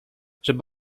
żeby